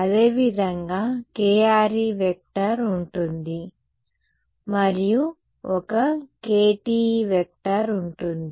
అదేవిధంగా kre ఉంటుంది మరియు ఒక kte ఉంటుంది